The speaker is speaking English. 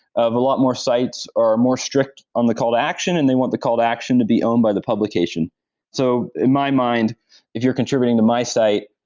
lot more sites are more strict on the call to action and they want the call to action to be owned by the publication so in my mind if you're contributing to my site,